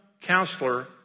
Counselor